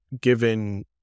given